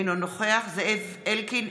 אינו נוכח זאב אלקין,